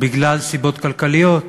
בגלל סיבות כלכליות,